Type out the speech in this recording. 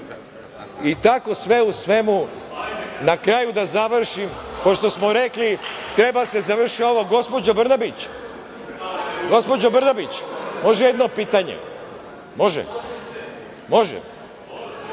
tako sve u svemu, na kraju da završim, pošto smo rekli treba da se završi ovo, gospođo Brnabić može jedno pitanje? Može? Koja